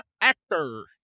actor